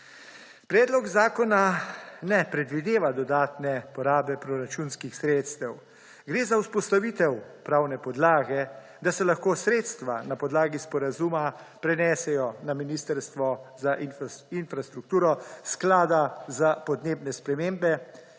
(NB) – 19.10 (Nadaljevanje) porabe proračunskih sredstev. Gre za vzpostavitev pravne podlage, da se lahko sredstva na podlagi sporazuma prenesejo na ministrstvo za infrastrukturo sklada za podnebne spremembe,